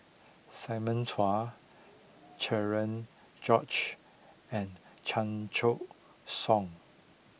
Simon Chua Cherian George and Chan Choy Siong